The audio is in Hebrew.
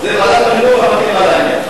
זה, ועדת החינוך המתאימה לעניין.